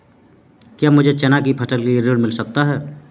क्या मुझे चना की फसल के लिए ऋण मिल सकता है?